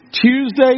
Tuesday